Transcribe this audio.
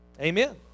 Amen